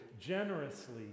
generously